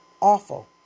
Awful